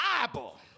Bible